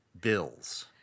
bills